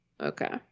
Okay